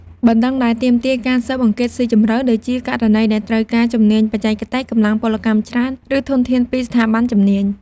បណ្តឹងដែលទាមទារការស៊ើបអង្កេតស៊ីជម្រៅដូចជា ករណីដែលត្រូវការជំនាញបច្ចេកទេស កម្លាំងពលកម្មច្រើន ឬធនធានពីស្ថាប័នជំនាញ។